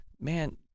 man